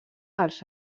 als